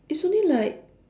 it's only like